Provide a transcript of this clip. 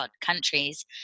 countries